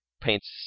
paints